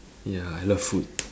ya I love food